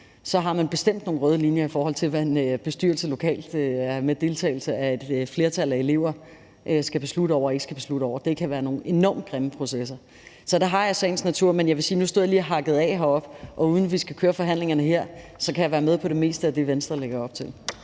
har man bestemt nogle røde linjer, i forhold til hvad en bestyrelse lokalt med deltagelse af et flertal af elever skal beslutte og ikke skal beslutte. Det kan være nogle enormt grimme processer. Så det har jeg i sagens natur. Men nu stod jeg lige heroppe og hakkede af, og jeg kan sige – uden at vi skal køre forhandlingerne her – at jeg kan være med på det meste af det, Venstre lægger op til.